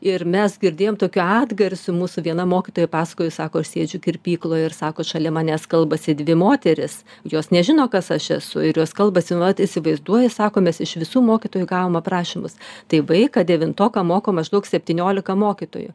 ir mes girdėjom tokių atgarsių mūsų viena mokytoja pasakojo sako aš sėdžiu kirpykloj ir sako šalia manęs kalbasi dvi moterys jos nežino kas aš esu ir jos kalbasi nu vat įsivaizduoji sako mes iš visų mokytojų gavom aprašymus tai vaiką devintoką moko maždaug septyniolika mokytojų